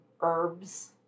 herbs